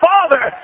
Father